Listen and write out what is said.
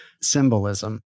symbolism